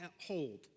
hold